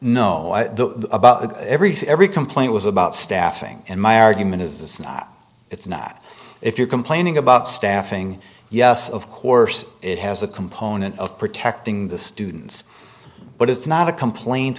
about everything every complaint was about staffing and my argument is this is not it's not if you're complaining about staffing yes of course it has a component of protecting the students but it's not a complaint